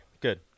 good